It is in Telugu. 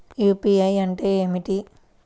యూ.పీ.ఐ అంటే ఏమిటి?